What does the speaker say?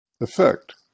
effect